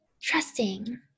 trusting